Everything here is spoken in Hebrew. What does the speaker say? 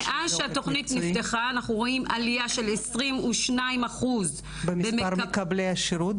מאז שהתוכנית נפתחה אנחנו רואים עלייה של 22%. במספר מקבלי השירות,